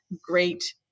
great